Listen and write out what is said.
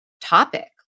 topic